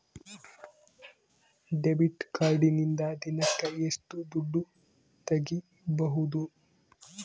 Debit ಕಾರ್ಡಿನಿಂದ ದಿನಕ್ಕ ಎಷ್ಟು ದುಡ್ಡು ತಗಿಬಹುದು?